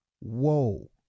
Whoa